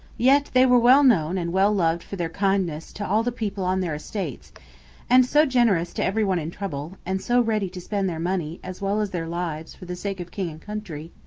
yet they were well known and well loved for their kindness to all the people on their estates and so generous to every one in trouble, and so ready to spend their money as well as their lives for the sake of king and country,